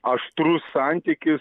aštrus santykis